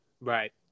Right